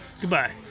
Goodbye